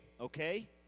okay